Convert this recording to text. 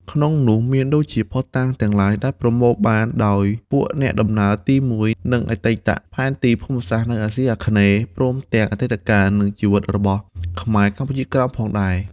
ក្នុងនោះ មានដូចជា ភស្តុតាងទាំងឡាយដែលប្រមូលបានដោយពួកអ្នកដំណើរទី១ និងអតីតផែនទីភូមិសាស្ត្រនៅអាស៊ីអាគ្នេយ៍ ព្រមទាំងអតីតកាល និងជីវិតរបស់ខ្មែរកម្ពុជាក្រោមផងដែរ។